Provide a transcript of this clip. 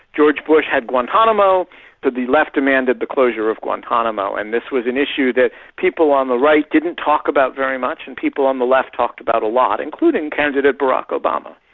george bush had guantanamo, so the left demanded the closure of guantanamo and this was an issue that people on the right didn't talk about very much, and people on the left talked about a lot, including candidate barak obama.